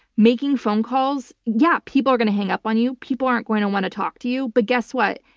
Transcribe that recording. making phone calls, yeah, people are going to hang up on you, people aren't going to want to talk to you but guess what?